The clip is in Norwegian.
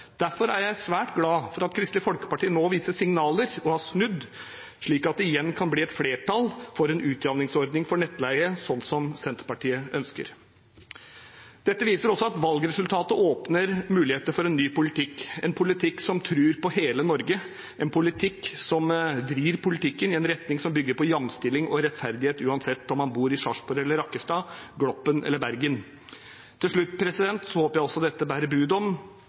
Derfor er jeg svært glad for at Kristelig Folkeparti nå viser signaler til å ville snu, slik at det igjen kan bli et flertall for en utjevningsordning for nettleie, slik Senterpartiet ønsker. Dette viser også at valgresultatet åpner muligheter for en ny politikk, en politikk som tror på hele Norge, en politikk som vrir politikken i en retning som bygger på jamstilling og rettferdighet, uansett om man bor i Sarpsborg, Rakkestad, Gloppen eller Bergen. Til slutt: Jeg håper også dette bærer bud om